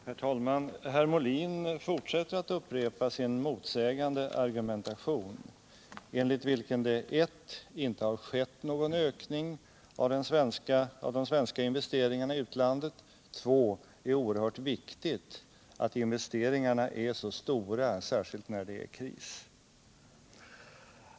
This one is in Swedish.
Herr talman! Herr Molin fortsätter att upprepa sin motsägande argumentation, enligt vilken det för det första inte har skett någon ökning av de svenska investeringarna i utlandet och för det andra är oerhört viktigt att investeringarna är så stora, särskilt när det är kris.